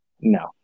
no